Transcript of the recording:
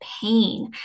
pain